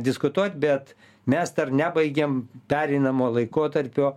diskutuot bet mes dar nebaigėm pereinamo laikotarpio